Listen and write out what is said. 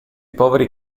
poveri